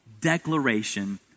declaration